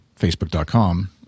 Facebook.com